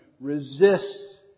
Resist